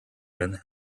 and